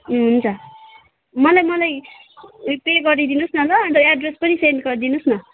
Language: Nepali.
उम् हुन्छ मलाई मलाई पे गरिदिनुहोस् न ल अन्त एड्रेस पनि सेन्ड गरिदिनुहोस् न